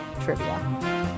trivia